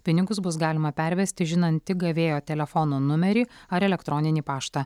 pinigus bus galima pervesti žinant tik gavėjo telefono numerį ar elektroninį paštą